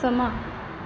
ਸਮਾਂ